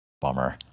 Bummer